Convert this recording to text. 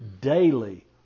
Daily